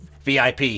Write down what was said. VIP